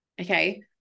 okay